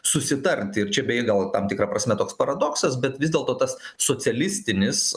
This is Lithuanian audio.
susitarti ir čia beje gal tam tikra prasme toks paradoksas bet vis dėlto tas socialistinis